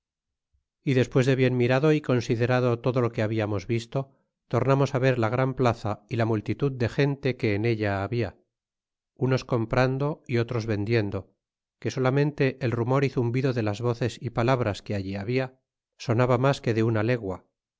y despues de bien mirado y considerado todo lo que hablamos visto tornamos ver la gran plaza y la multitud de gente que en ella habla unos comprando y otros vendiendo que solamente el rumor y zumbido de las voces y palabras que allí habia sonaba mas que de una legua